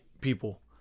people